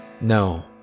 No